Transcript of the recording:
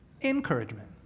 Encouragement